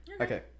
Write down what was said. Okay